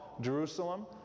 Jerusalem